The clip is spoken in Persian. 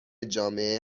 جامعه